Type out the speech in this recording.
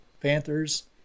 Panthers